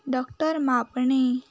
doctor Mhapne